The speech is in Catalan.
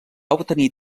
obtenir